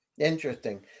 Interesting